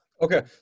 Okay